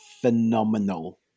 phenomenal